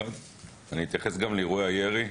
אתייחס גם לאירועי הירי.